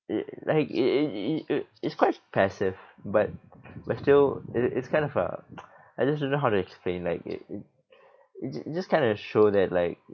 it like it it it it it's quite passive but was still it it's kind of a I just don't know how to explain like it it it just kind of show that like